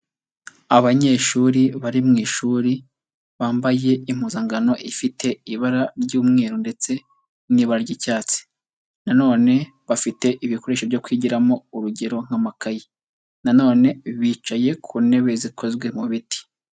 Abanyeshuri bari mu ishuri, bambaye impuzankano ifite ibara ry'umweru ndetse n'ibara ry'icyatsi, na none bafite ibikoresho byo kwigiramo urugero nk'amakayi, na none bicaye ku ntebe zikozwe mu biti.